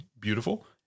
beautiful